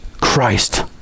Christ